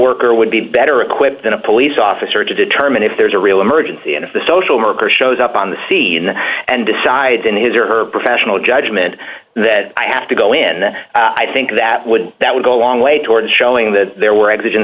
worker would be better equipped than a police officer to determine if there's a real emergency and if the social worker shows up on the scene and decides in his or her professional judgment that i had to go in i think that would that would go a long way toward showing that there were e